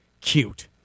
cute